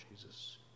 Jesus